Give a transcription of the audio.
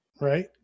Right